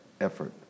effort